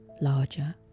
larger